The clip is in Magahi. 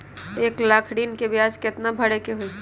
एक लाख ऋन के ब्याज केतना भरे के होई?